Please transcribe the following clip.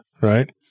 right